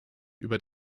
über